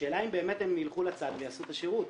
השאלה אם באמת הם יילכו לצעד ויעשו את השירות,